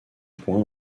point